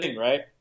right